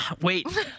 wait